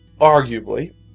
arguably